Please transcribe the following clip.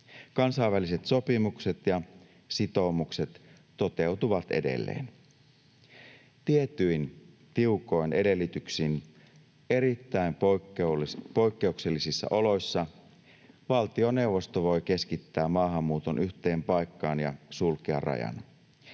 Kansainväliset sopimukset ja sitoumukset toteutuvat edelleen. Tietyin tiukoin edellytyksin, erittäin poikkeuksellisissa oloissa, valtioneuvosto voi keskittää maahanmuuton yhteen paikkaan ja sulkea rajan.